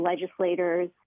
legislators